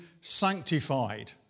sanctified